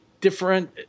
different